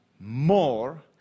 more